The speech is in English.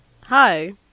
Hi